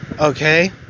Okay